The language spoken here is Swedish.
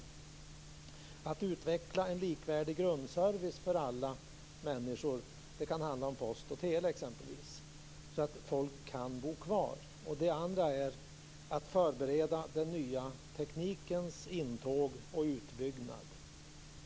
Det gäller att utveckla en likvärdig grundservice för alla människor - det kan exempelvis handla om post och tele - så att människor kan bo kvar. Det andra är att förbereda den nya teknikens intåg och utbyggnad.